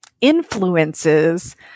influences